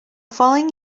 following